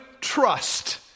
trust